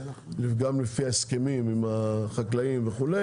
גם לפי ההסכמים עם החקלאים וכו',